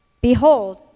Behold